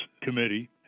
committee